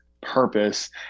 purpose